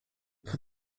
for